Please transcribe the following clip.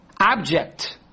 object